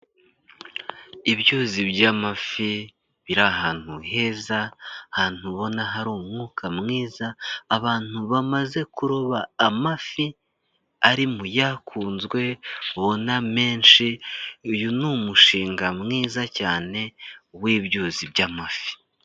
Ibyuzi by'amafi biri ahantu heza, ahantu ubona hari umwuka mwiza, abantu bamaze kuroba amafi ari mu yakunzwe, ubona menshi, uyu ni umushinga mwiza cyane w'ibyuzi by'amafi.